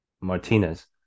Martinez